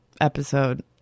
episode